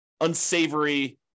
unsavory